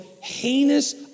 heinous